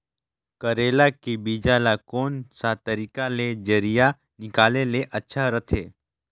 करेला के बीजा ला कोन सा तरीका ले जरिया निकाले ले अच्छा रथे?